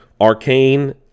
Arcane